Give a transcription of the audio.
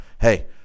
Hey